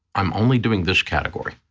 i'm only doing this category,